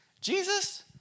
Jesus